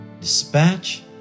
Dispatch